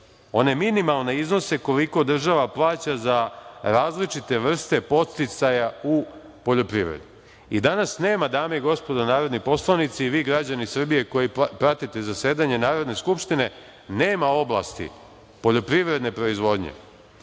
one minimalne iznose koliko država plaća za različite vrste podsticaja u poljoprivredi. Danas nema, dame i gospodo narodni poslanici i vi građani Srbije koji pratite zasedanje Narodne skupštine, oblasti poljoprivredne proizvodnje